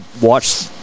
watch